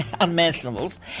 unmentionables